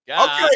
Okay